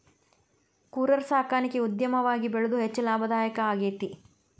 ಕುರರ ಸಾಕಾಣಿಕೆ ಉದ್ಯಮವಾಗಿ ಬೆಳದು ಹೆಚ್ಚ ಲಾಭದಾಯಕಾ ಆಗೇತಿ